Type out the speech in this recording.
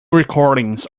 recordings